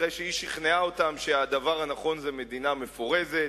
אחרי שהיא שכנעה אותם שהדבר הנכון זה מדינה מפורזת,